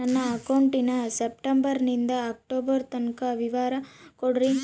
ನನ್ನ ಅಕೌಂಟಿನ ಸೆಪ್ಟೆಂಬರನಿಂದ ಅಕ್ಟೋಬರ್ ತನಕ ವಿವರ ಕೊಡ್ರಿ?